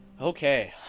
Okay